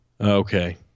okay